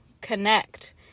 connect